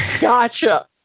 gotcha